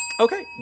Okay